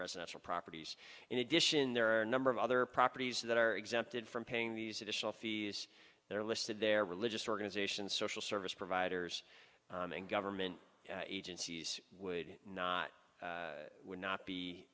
residential properties in addition there are a number of other properties that are exempted from paying these additional fees that are listed there religious organizations social service providers and government agencies would not would not be